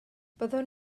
byddwn